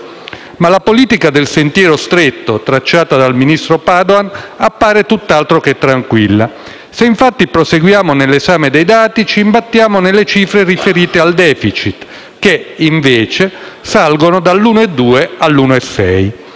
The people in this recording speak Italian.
Ma la politica del sentiero stretto tracciata dal ministro Padoan appare tutt'altro che tranquilla. Se infatti proseguiamo nell'esame dei dati, ci imbattiamo nelle cifre riferite al *deficit*, che invece salgono dall'1,2 per